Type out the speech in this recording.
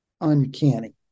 Uncanny